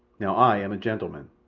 now i am a gentleman,